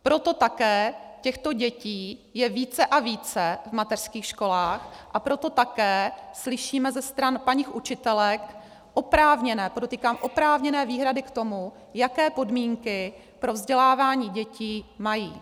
Proto také těchto dětí je více a více v mateřských školách a proto také slyšíme ze stran paní učitelek oprávněné podotýkám oprávněné výhrady k tomu, jaké podmínky pro vzdělávání dětí mají.